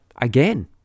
Again